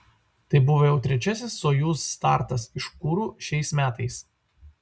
tai buvo jau trečiasis sojuz startas iš kuru šiais metais